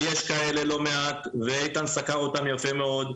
ויש כאלה לא מעט, ואיתן סקר אותם יפה מאוד.